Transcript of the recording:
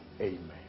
Amen